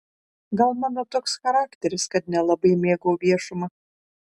gal mano toks charakteris kad nelabai mėgau viešumą